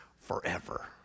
forever